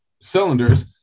cylinders